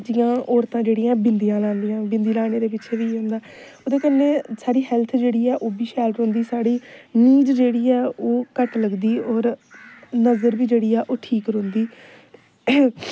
जियां औरतां जेह्डियां बिंदिया लांदियां बिंदी लाने दे पिच्छें बी होंदा ओह्दे कन्नै साढ़ी हैल्थ जेह्ड़ी ऐ ओह् बी शैल रौंह्दी साढ़ी नीद जेह्ड़ी ऐ ओह् घट्ट लगदी होर नजर बी जेह्ड़ी ऐ ओह् ठीक रौंहदी